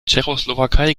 tschechoslowakei